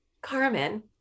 Carmen